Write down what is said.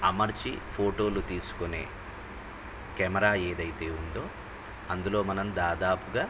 అమర్చి ఫోటోలు తీసుకునే కెమెరా ఏదైతే ఉందో అందులో మనం దాదాపు